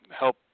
help